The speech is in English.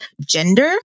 gender